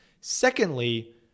Secondly